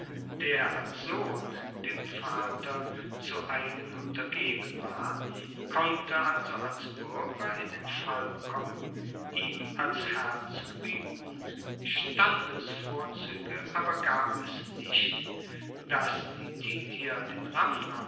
der als sohn dem vater zu eigen untergeben war konnte also als buerger in den fall kommen ihm als herr zu gebieten standesvorzuege aber gab es nicht dass die titier den ramnern